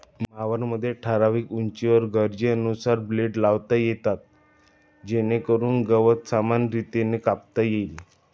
मॉवरमध्ये ठराविक उंचीवर गरजेनुसार ब्लेड लावता येतात जेणेकरून गवत समान रीतीने कापता येईल